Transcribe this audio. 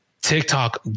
TikTok